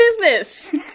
business